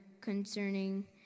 concerning